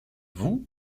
vous